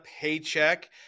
paycheck